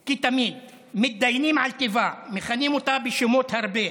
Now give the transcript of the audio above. כתמיד, "מתדיינים על טיבה, מכנים אותה בשמות הרבה.